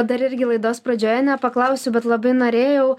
dar irgi laidos pradžioje nepaklausiau bet labai norėjau